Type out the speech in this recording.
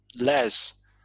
Less